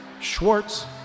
Schwartz